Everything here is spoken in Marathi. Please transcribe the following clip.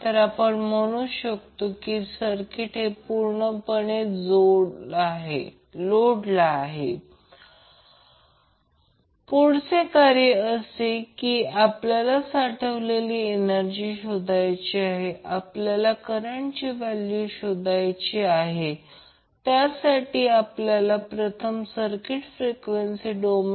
आता आकृती 1 आणि आकृती 2 च्या सर्किटमध्ये पर सायकल डेसिपेटेड एनर्जी ही रेझिस्टरचे अवरेज पॉवर आणि I rms 2 r आणि कालावधी T किंवा 1 f ने दिली आहे याचा अर्थ असा आहे की आपण लिहित आहोत ज्याला आपण Imax √2 म्हणतो